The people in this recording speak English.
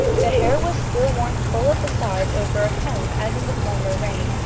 the hair was still worn full at the sides over a comb, as in the former reign,